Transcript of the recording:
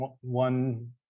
one